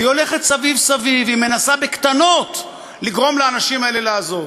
והיא הולכת סביב-סביב ומנסה בקטנות לגרום לאנשים האלה לעזוב.